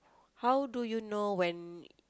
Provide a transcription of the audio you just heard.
how do you know when